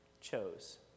chose